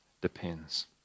depends